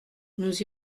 nous